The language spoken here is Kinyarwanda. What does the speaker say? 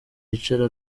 yicara